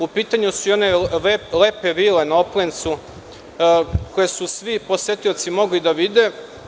U pitanju su i one lepe vile na Oplencu koje su svi posetioci mogli da vide.